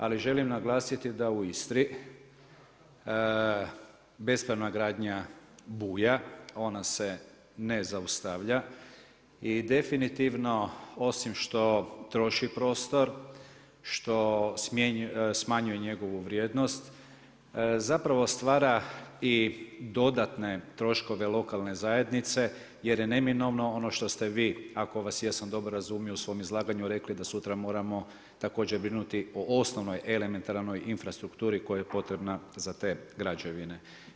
Ali, želim naglasiti da u Istri bespravna gradnja buja, ona se ne zaustavlja i definitivno, osim što troši prostor, što smanjuje njegovu vrijednost, zapravo stvara i dodatne troškove lokalne zajednice, jer je neminovno, ono što ste vi ako vas jesam dobro razumio u svome izlaganju rekli da sutra moramo također brinuti o osnovnoj elementarnoj infrastrukturi koja je potrebna za te građevine.